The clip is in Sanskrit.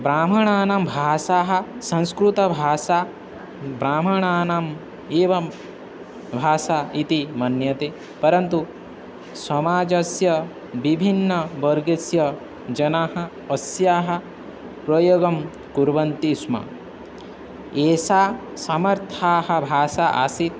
ब्राह्मणानां भाषा संस्कृतभाषा ब्राह्मणानाम् एवं भाषा इति मन्यते परन्तु समाजस्य विभिन्नवर्गस्य जनाः अस्याः प्रयोगं कुर्वन्ति स्म एषा समर्था भाषा आसीत्